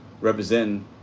Representing